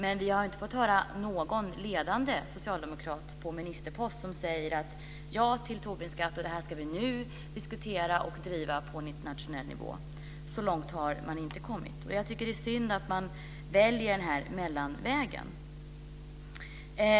Vi har dock inte fått höra någon ledande socialdemokrat på ministerpost som säger: Ja till Tobinskatt - det här ska vi nu diskutera och driva på en internationell nivå. Så långt har man inte kommit. Jag tycker att det är synd att man väljer den här mellanvägen.